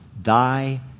Thy